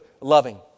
loving